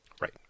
Right